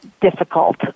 difficult